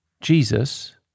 Jesus